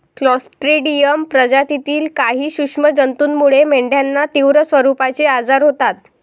Clostridium प्रजातीतील काही सूक्ष्म जंतूमुळे मेंढ्यांना तीव्र स्वरूपाचे आजार होतात